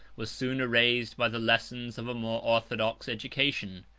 was soon erased by the lessons of a more orthodox education.